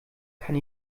kann